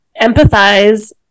empathize